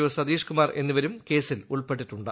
O Satish Kumar എന്നിവരും കേസിൽ ഉൾപ്പെട്ടിട്ടുണ്ട്